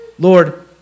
Lord